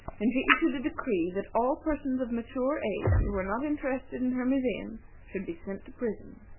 and she issued a decree that all persons of mature age who were not interested in her museum should be sent to prison.